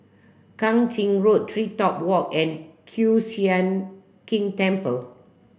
Kang Ching Road TreeTop Walk and Kiew Sian King Temple